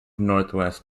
northwest